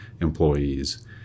employees